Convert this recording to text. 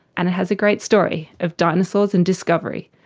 and it has a great story, of dinosaurs and discovery.